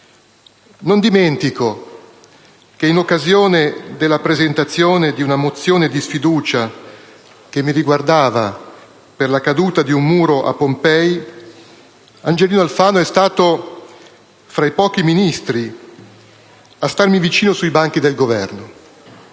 Non dimentico che, in occasione della presentazione di una mozione di sfiducia che mi riguardava per la caduta di un muro a Pompei, Angelino Alfano è stato fra i pochi Ministri a starmi vicino sui banchi del Governo.